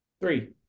three